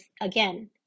again